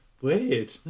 Weird